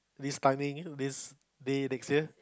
this timing this day next year